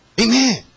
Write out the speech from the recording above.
Amen